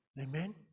Amen